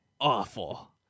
awful